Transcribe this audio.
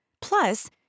Plus